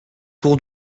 tour